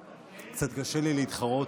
קצת קשה לי להתחרות,